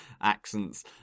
accents